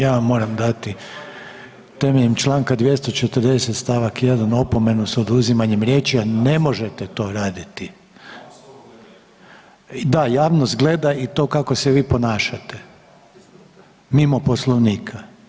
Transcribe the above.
Ja vam moram dati temeljem čl. 240. st. 1. opomenu s oduzimanjem riječi, a ne možete to raditi. … [[Upadica se ne razumije.]] Da, javnost gleda i to kako se vi ponašate, mimo Poslovnika.